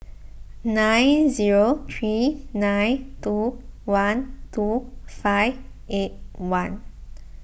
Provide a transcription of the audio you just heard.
nine zero three nine two one two five eight one